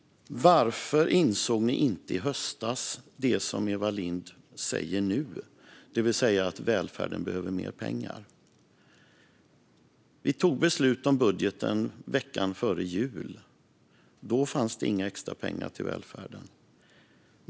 Varför insåg ni inte i höstas det som Eva Lindh säger nu, det vill säga att välfärden behöver mer pengar? Vi tog beslut om budgeten veckan före jul. Då fanns det inga extra pengar till välfärden.